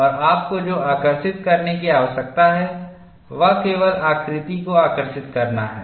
और आपको जो आकर्षित करने की आवश्यकता है वह केवल आकृति को आकर्षित करना है